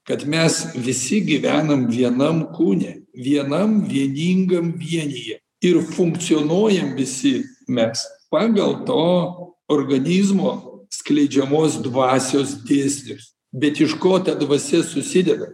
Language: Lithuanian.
kad mes visi gyvenam vienam kūne vienam vieningam vienyje ir funkcionuojam visi mes pagal to organizmo skleidžiamos dvasios dėsnius bet iš ko ta dvasia susideda